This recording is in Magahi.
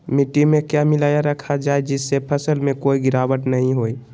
मिट्टी में क्या मिलाया रखा जाए जिससे फसल में कोई गिरावट नहीं होई?